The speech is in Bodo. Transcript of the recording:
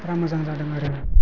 फोरा मोजां जादों आरो